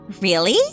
Really